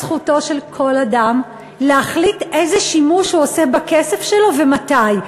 זכותו של כל אדם להחליט איזה שימוש הוא עושה בכסף שלו ומתי.